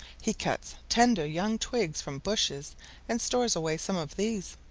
he cuts tender, young twigs from bushes and stores away some of these.